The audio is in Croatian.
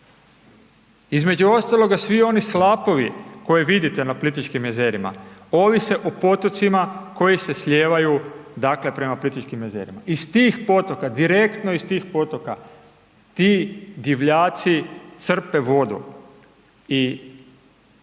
Između ostaloga svi oni slapovi koje vidite na Plitvičkim jezerima, ovise o potocima koji se slijevaju dakle prema Plitvičkim jezerima, iz tih potoka, direktno iz tih potoka ti divljaci crpe vodu i